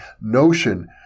notion